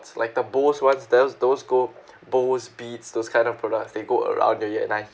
it's like the Bose what dells those go Bose beats those kind of products they go around your ear and I